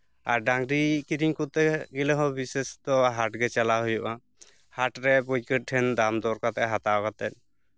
ᱟᱨ ᱰᱟᱝᱨᱤ ᱠᱤᱨᱤᱧ ᱠᱚᱨᱛᱮ ᱜᱮᱞᱮ ᱦᱚᱸ ᱵᱤᱥᱮᱥᱚᱛᱚ ᱦᱟᱴᱜᱮ ᱪᱟᱞᱟᱣ ᱦᱩᱭᱩᱜᱼᱟ ᱦᱟᱴᱨᱮ ᱯᱟᱹᱭᱠᱟᱹᱨ ᱴᱷᱮᱱ ᱫᱟᱢ ᱫᱚᱨ ᱠᱟᱛᱮᱜ ᱦᱟᱛᱟᱣ ᱠᱟᱛᱮᱜ